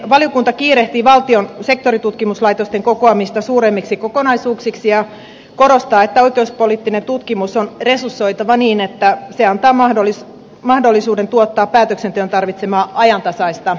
valiokunta kiirehtii valtion sektoritutkimuslaitosten kokoamista suuremmiksi kokonaisuuksiksi ja korostaa että oikeuspoliittinen tutkimus on resursoitava niin että se antaa mahdollisuuden tuottaa päätöksenteon tarvitsemaa ajantasaista tietoa